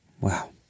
Wow